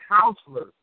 counselors